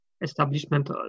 establishment